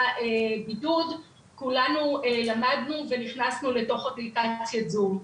כולנו למדנו ונכנסנו לתוך אפליקציית זום.